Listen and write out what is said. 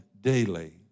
daily